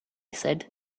said